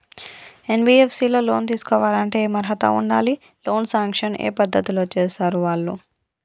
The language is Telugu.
ఎన్.బి.ఎఫ్.ఎస్ లో లోన్ తీస్కోవాలంటే ఏం అర్హత ఉండాలి? లోన్ సాంక్షన్ ఏ పద్ధతి లో చేస్తరు వాళ్లు?